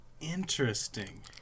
interesting